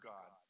God